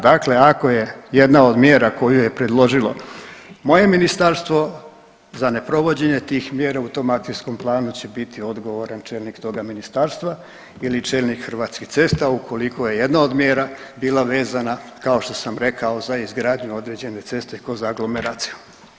Dakle, ako je jedna od mjera koju je predložilo moje ministarstvo za ne provođenje tih mjera u tom akcijskom planu će biti odgovoran čelnik toga ministarstva ili čelnik Hrvatskih cesta ukoliko je jedna od mjera bila vezana kao što sam rekao za izgradnju određene cesta kroz aglomeraciju.